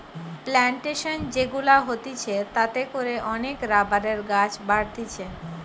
plantation যে গুলা হতিছে তাতে করে অনেক রাবারের গাছ বাড়তিছে